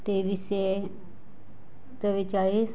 तेविसशे चव्वेचाळीस